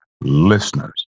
listeners